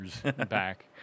back